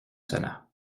sonna